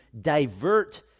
divert